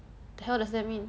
the hell does that mean